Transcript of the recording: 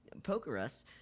pokerus